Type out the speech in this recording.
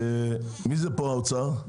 מי נציג האוצר?